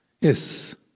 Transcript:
Yes